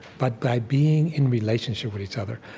but by being in relationship with each other,